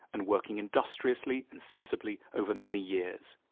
and working industriously and sensibly over many years.